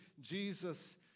Jesus